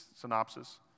synopsis